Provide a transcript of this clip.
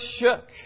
shook